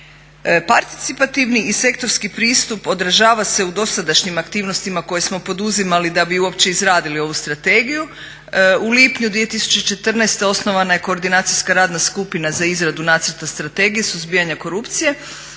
Participativni i sektorski pristup odražava se u dosadašnjim aktivnostima koje smo poduzimali da bi uopće izradili ovu strategiju. U lipnju 2014.osnovana je koordinacijska radna skupina za izradu nacrta Strategije suzbijanja korupcije,